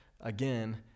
Again